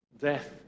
death